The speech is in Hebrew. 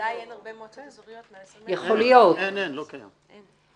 אין, לא קיים.